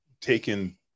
taken